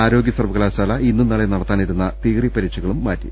ആരോഗ്യ സർവകലാശാല ഇന്നും നാളെയും നടത്താനിരുന്ന തിയറി പരീക്ഷകളും മാറ്റി